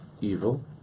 evil